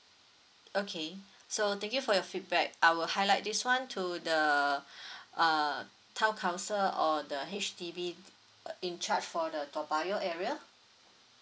okay so thank you for your feedback I will highlight this one to the err town council or the H_D_B in charge for the toa payoh area